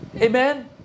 Amen